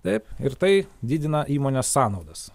taip ir tai didina įmonės sąnaudas